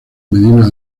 medina